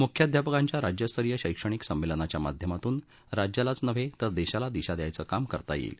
म्ख्याध्यापकाच्या राज्यस्तरीय शैक्षणिक संमेलनाच्या माध्यमातून राज्यालाच नव्हे तर देशाला दिशा देण्याचं काम करता येईल